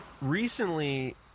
recently